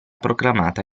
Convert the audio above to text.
proclamata